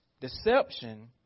deception